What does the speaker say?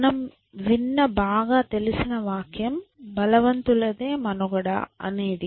మనం విన్న బాగా తెలిసిన వాక్యం బలవంతులదే మనుగడ అనేది